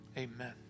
Amen